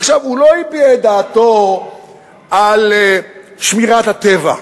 עכשיו, הוא לא הביע את דעתו על שמירת הטבע,